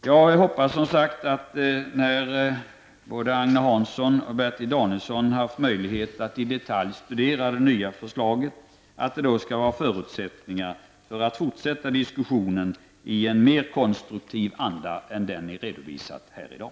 Jag hoppas som sagt att det, när Agne Hansson och Bertil Danielsson har haft möjlighet att i detalj studera det nya förslaget, skall finnas förutsättningar för att fortsätta diskussionen i en mer konstruktiv anda än den som har redovisats här i dag.